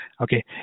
okay